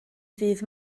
ddydd